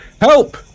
Help